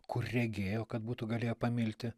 kur regėjo kad būtų galėję pamilti